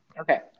Okay